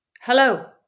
Hello